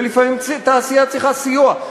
ולפעמים תעשייה צריכה סיוע,